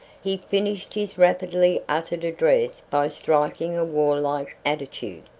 he finished his rapidly uttered address by striking a warlike attitude.